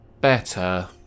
Better